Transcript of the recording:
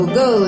go